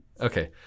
okay